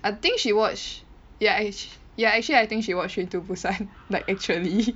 I think she watch ya actually~ ya actually I think she watched train to Busan like actually